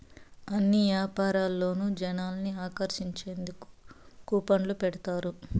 అన్ని యాపారాల్లోనూ జనాల్ని ఆకర్షించేందుకు కూపన్లు పెడతారు